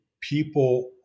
people